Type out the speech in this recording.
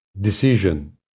decision